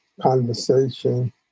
conversation